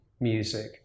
music